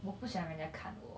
我不想人家看我